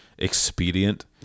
Expedient